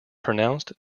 pronounced